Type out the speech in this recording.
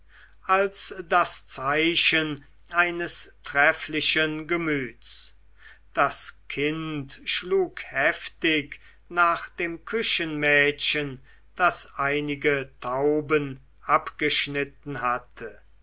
als das zeichen eines trefflichen gemüts das kind schlug heftig nach dem küchenmädchen das einige tauben abgeschnitten hatte